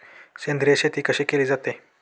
सेंद्रिय शेती कशी केली जाते?